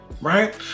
Right